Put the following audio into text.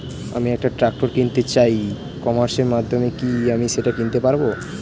আমি একটা ট্রাক্টর কিনতে চাই ই কমার্সের মাধ্যমে কি আমি সেটা কিনতে পারব?